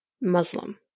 Muslim